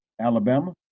Alabama